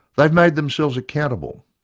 they have made themselves accountable.